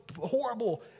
horrible